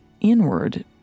inward